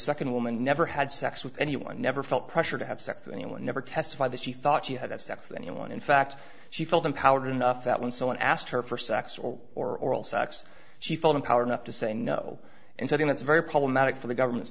second woman never had sex with anyone never felt pressure to have sex with anyone never testified that she thought she had have sex with anyone in fact she felt empowered enough that when someone asked her for sex or or all saks she felt empowered enough to say no and something that's very problematic for the government's